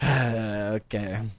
Okay